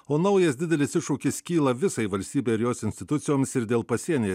o naujas didelis iššūkis kyla visai valstybei ir jos institucijoms ir dėl pasienyje